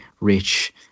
rich